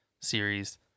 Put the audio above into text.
Series